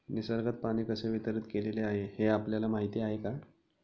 निसर्गात पाणी कसे वितरीत केलेले आहे हे आपल्याला माहिती आहे का?